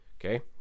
okay